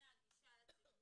ימנע גישה לצילומים,